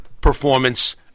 Performance